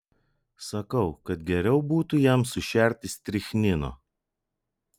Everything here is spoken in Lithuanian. sakau kad geriau būtų jam sušerti strichnino